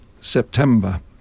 September